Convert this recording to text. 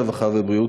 הרווחה והבריאות,